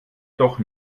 doch